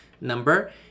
number